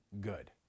good